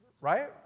Right